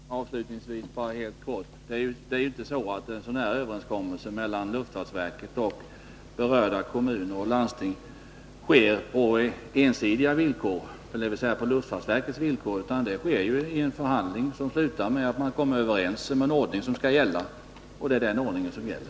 Herr talman! Avslutningsvis bara helt kort: Det är ju inte så att en sådan här överenskommelse mellan luftfartsverket och berörda kommuner och landsting träffas på ensidiga villkor, dvs. på luftfartsverkets villkor, utan det sker en förhandling som slutar med att man kommer överens om den ordning som skall gälla. Och det är den ordningen som gäller.